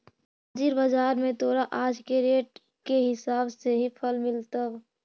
हाजिर बाजार में तोरा आज के रेट के हिसाब से ही फल मिलतवऽ